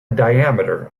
diameter